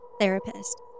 therapist